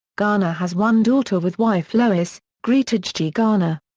garner has one daughter with wife lois greta gigi garner.